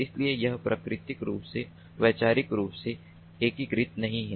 इसलिए यह प्राकृतिक रूप से वैचारिक रूप से एकीकृत नहीं है